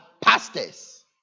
pastors